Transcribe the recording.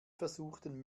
versuchten